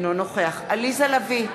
אינו נוכח עליזה לביא,